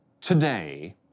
Today